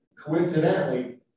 coincidentally